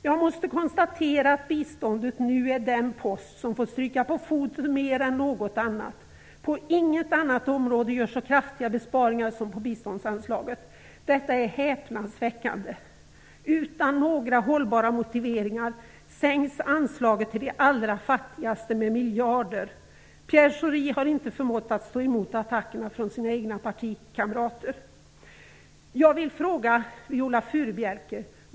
Jag måste konstatera att biståndet nu är den post som fått stryka på foten mer än något annat. På inget annat område görs så kraftiga besparingar som på biståndsanslaget. Detta är häpnadsväckande. Utan några hållbara motiveringar sänks anslaget till de allra fattigaste med miljarder. Pierre Schori har inte förmått att stå emot attackerna från sina egna partikamrater. Jag vill ställa en fråga till Viola Furubjelke.